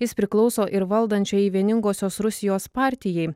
jis priklauso ir valdančiajai vieningosios rusijos partijai